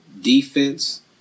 defense